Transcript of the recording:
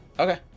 okay